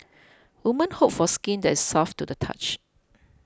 women hope for skin that is soft to the touch